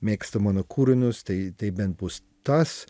mėgsta mano kūrinius tai tai bent bus tas